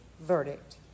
verdict